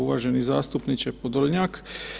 Uvaženi zastupniče Podolnjak.